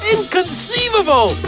Inconceivable